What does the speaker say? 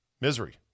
misery